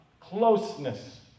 closeness